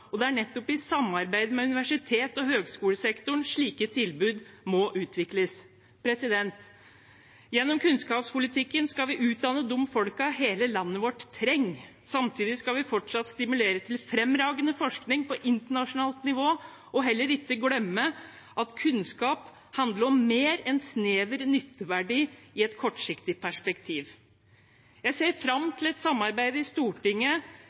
og det er nettopp i samarbeid med universitets- og høyskolesektoren slike tilbud må utvikles. Gjennom kunnskapspolitikken skal vi utdanne de folkene hele landet vårt trenger. Samtidig skal vi fortsatt stimulere til fremragende forskning på internasjonalt nivå og heller ikke glemme at kunnskap handler om mer enn snever nytteverdi i et kortsiktig perspektiv. Jeg ser fram til et samarbeid i Stortinget